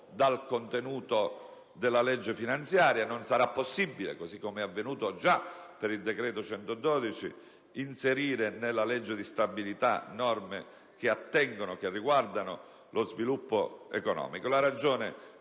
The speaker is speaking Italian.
dal contenuto della legge finanziaria; non sarà possibile, così com'è avvenuto già per il decreto-legge n. 112 del 2008, inserire nella legge di stabilità norme che riguardano lo sviluppo economico.